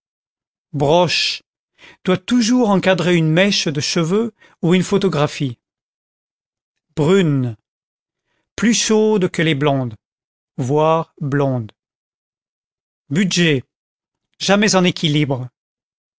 broche doit toujours encadrer une mèche de cheveux ou une photographie brunes plus chaudes que les blondes v blondes budget jamais en équilibre